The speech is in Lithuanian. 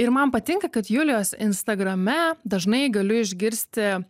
ir man patinka kad julijos instagrame dažnai galiu išgirsti